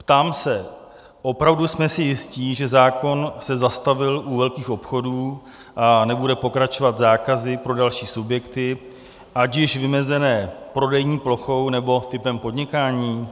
Ptám se: opravdu jsme si jisti, že zákon se zastavil u velkých obchodů a nebude pokračovat zákazy pro další subjekty, ať již vymezené prodejní plochou, nebo typem podnikání?